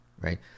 Right